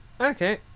okay